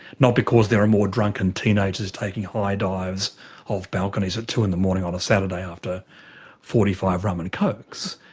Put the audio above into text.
not because there are more drunken teenagers taking high dives off balconies at two in the morning on a saturday after forty five rum and cokes,